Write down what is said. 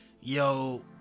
yo